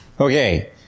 Okay